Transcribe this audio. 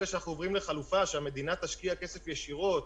שאנחנו עוברים לחלופה שהמדינה תשקיע כסף ישירות,